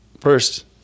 First